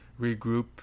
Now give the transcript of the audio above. regroup